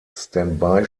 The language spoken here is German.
standby